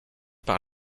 par